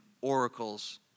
oracles